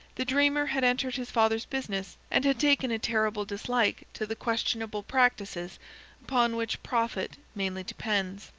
the dreamer had entered his father's business, and had taken a terrible dislike to the questionable practices upon which profit mainly depends.